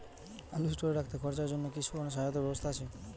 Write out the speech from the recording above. আলু স্টোরে রাখতে খরচার জন্যকি কোন সহায়তার ব্যবস্থা আছে?